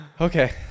okay